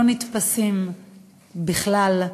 לא נתפסים בכלל,